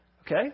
okay